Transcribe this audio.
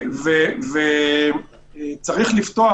צריך לפתוח